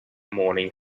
morning